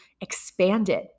expanded